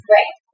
Right